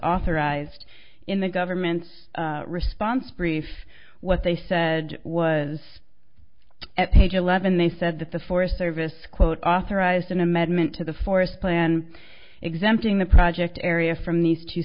authorized in the government's response brief what they said was at page eleven they said that the forest service quote authorized an amendment to the forest plan exempting the project area from these two